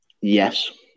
yes